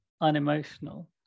unemotional